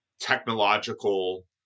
technological